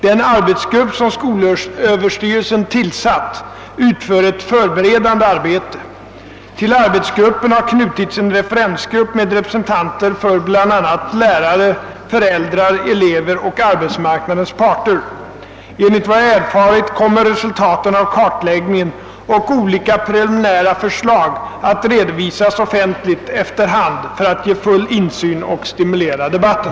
Den arbetsgrupp, som skolöverstyrelsen tillsatt, utför ett förberedande arbete. Till arbetsgruppen har knutits en referensgrupp med representanter för bl.a. lärare, föräldrar, elever och arbetsmarknadens parter. Enligt vad jag erfarit kommer resultaten av kartläggningen och olika preliminära förslag att redovisas offentligt efter hand för att ge full insyn och stimulera debatten.